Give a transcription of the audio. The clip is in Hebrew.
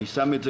אני שם את זה,